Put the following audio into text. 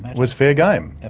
was fair game. and